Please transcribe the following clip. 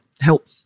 help